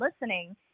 listening